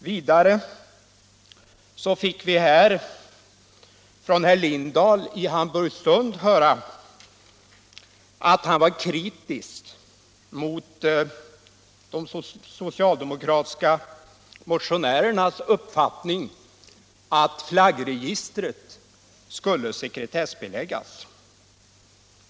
Vidare fick vi från herr Lindahl i Hamburgsund höra att han var kritisk mot de socialdemokratiska motionärernas uppfattning att faggregistren skulle sekretessbeläggas.